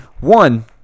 one